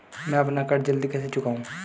मैं अपना कर्ज जल्दी कैसे चुकाऊं?